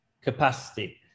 capacity